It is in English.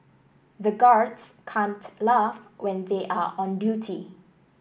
the guards can't laugh when they are on duty